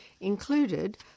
included